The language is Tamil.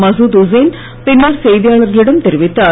மசூத் உசேன் பின்னர் செய்தியாளர்களிடம் தெரிவித்தார்